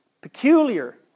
peculiar